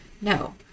No